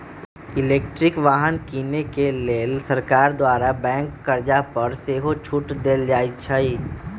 electric वाहन किने के लेल सरकार द्वारा बैंक कर्जा पर सेहो छूट देल जाइ छइ